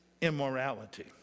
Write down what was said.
immorality